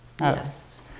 Yes